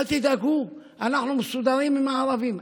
אל תדאגו, אנחנו מסודרים עם הערבים.